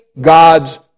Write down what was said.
God's